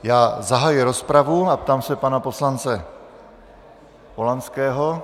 Já zahajuji rozpravu, a ptám se pana poslance Polanského...